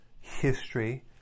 history